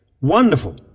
Wonderful